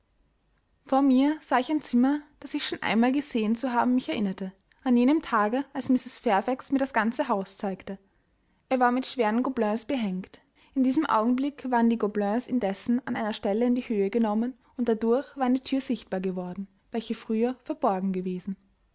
vor mir sah ich ein zimmer das ich schon einmal gesehen zu haben mich erinnerte an jenem tage als mrs fairfax mir das ganze haus zeigte es war mit schweren gobelins behängt in diesem augenblick waren die gobelins indessen an einer stelle in die höhe genommen und dadurch war eine thür sichtbar geworden welche früher verborgen gewesen